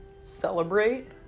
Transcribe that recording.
Celebrate